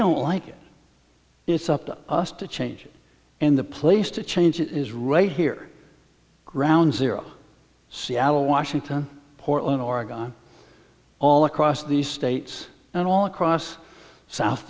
don't like it it's up to us to change it in the place to change it is raised here ground zero seattle washington portland oregon all across the states and all across south